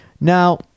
now